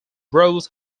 roles